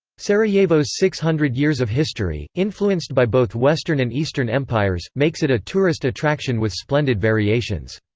sarajevo's six hundred years of history, influenced by both western and eastern empires, makes it a tourist attraction with splendid variations.